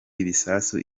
ibisasu